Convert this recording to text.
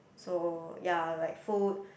so ya like food